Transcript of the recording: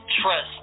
trust